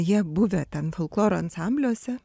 jie buvę ten folkloro ansambliuose